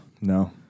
No